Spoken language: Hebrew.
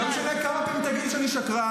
לא משנה כמה פעמים תגידי שאני שקרן